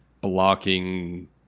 blocking